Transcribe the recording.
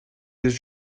was